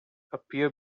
appear